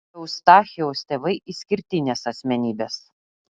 eustachijaus tėvai išskirtinės asmenybės